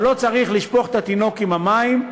אבל לא צריך לשפוך את התינוק עם המים,